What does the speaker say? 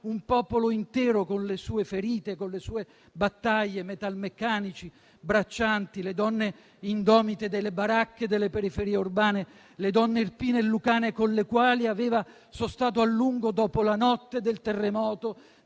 un popolo intero, con le sue ferite e con le sue battaglie; metalmeccanici, braccianti, le donne indomite delle baracche delle periferie urbane, le donne irpine e lucane con le quali aveva sostato a lungo dopo la notte del terremoto